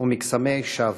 ומקסמי השווא.